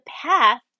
path